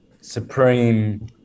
supreme